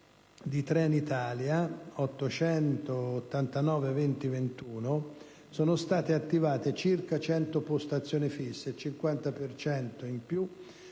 di Trenitalia 800892021 sono state attivate circa 100 postazioni fisse, il 50 per